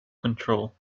control